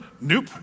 Nope